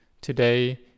Today